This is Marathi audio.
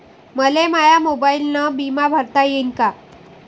मले माया मोबाईलनं बिमा भरता येईन का?